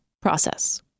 process